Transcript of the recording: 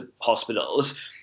hospitals